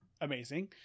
amazing